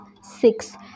six